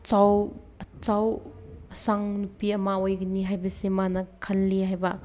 ꯑꯆꯧ ꯑꯆꯧ ꯑꯁꯥꯡ ꯅꯨꯄꯤ ꯑꯃ ꯑꯣꯏꯒꯅꯤ ꯍꯥꯏꯕꯁꯤ ꯃꯥꯅ ꯈꯜꯂꯤ ꯍꯥꯏꯕ